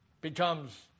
becomes